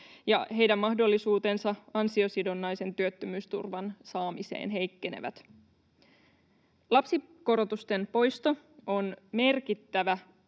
heidän mahdollisuutensa ansiosidonnaisen työttömyysturvan saamiseen heikkenevät. Lapsikorotusten poisto on merkittävä